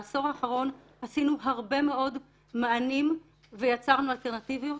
בעשור האחרון עשינו הרבה מאוד מענים ויצרנו אלטרנטיבות,